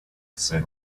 say